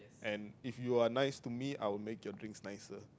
and if you are nice to me I will make your drinks nicer